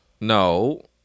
No